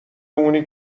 اونی